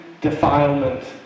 defilement